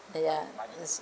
ah ya